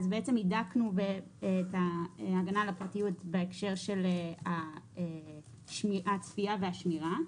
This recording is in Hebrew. הידקנו את ההגנה על הפרטיות בהקשר של הצפייה והשמירה,